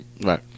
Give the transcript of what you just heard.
Right